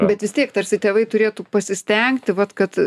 bet vis tiek tarsi tėvai turėtų pasistengti vat kad